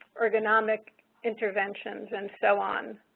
ergonomic interventions and so on.